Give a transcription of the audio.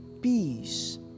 peace